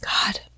God